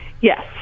Yes